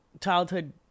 childhood